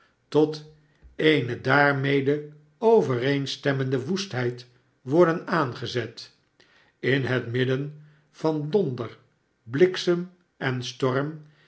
tot eene daarmede overeenstemmende woestheid worden aangezet in het midden van donder bliksem en storm